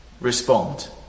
respond